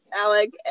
Alec